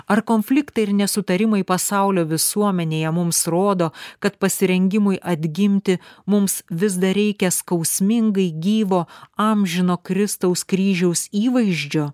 ar konfliktai ir nesutarimai pasaulio visuomenėje mums rodo kad pasirengimui atgimti mums vis dar reikia skausmingai gyvo amžino kristaus kryžiaus įvaizdžio